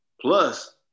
Plus